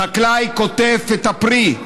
החקלאי קוטף את הפרי,